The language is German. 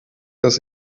das